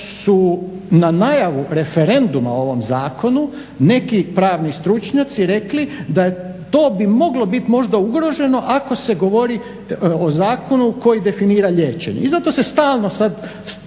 na najavu referenduma o ovom zakonu neki pravni stručnjaci rekli da bi to možda moglo biti ugroženo ako se govori o zakonu koji definira liječenje. I zato se stalo sada